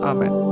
Amen